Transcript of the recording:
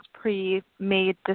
pre-made